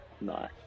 Nice